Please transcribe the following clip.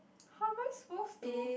how am I supposed to